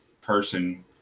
person